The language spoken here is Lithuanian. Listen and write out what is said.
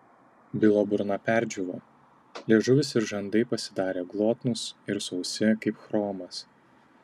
bilo burna perdžiūvo liežuvis ir žandai pasidarė glotnūs ir sausi kaip chromas